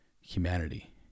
humanity